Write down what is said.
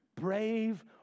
brave